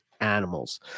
animals